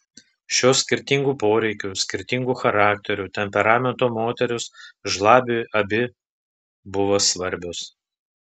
šios skirtingų poreikių skirtingų charakterių temperamento moterys žlabiui abi buvo svarbios